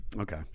Okay